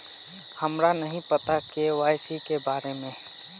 हमरा नहीं पता के.वाई.सी के बारे में?